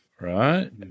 right